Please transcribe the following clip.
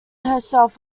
herself